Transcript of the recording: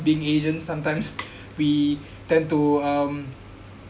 being asian sometimes we tend to um